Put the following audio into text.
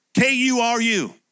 K-U-R-U